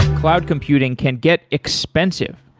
cloud computing can get expensive.